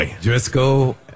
Driscoll